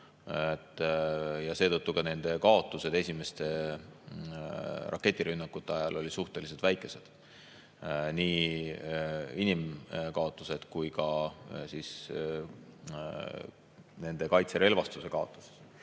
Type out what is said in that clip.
ja seetõttu nende kaotused esimeste raketirünnakute ajal olid suhteliselt väikesed, nii inimkaotused kui ka nende kaitserelvastuse kaotused.